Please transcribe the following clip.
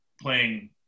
playing